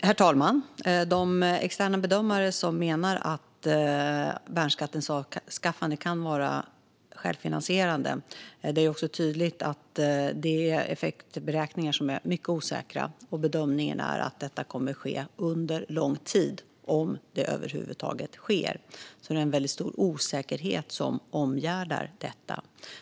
Herr talman! När det gäller de externa bedömare som menar att värnskattens avskaffande kan vara självfinansierande är det också tydligt att det är effektberäkningar som är mycket osäkra. Bedömningen är att detta kommer att ske under lång tid, om det över huvud taget sker, så det är en väldigt stor osäkerhet som omgärdar detta.